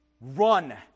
Run